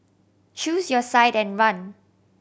choose your side and run